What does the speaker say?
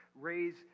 raise